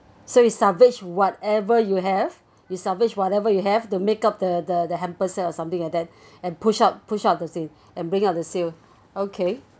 so you salvage whatever you have you salvage whatever you have to make up the the hampers or something like that and push up push up to sales and bring up the sales okay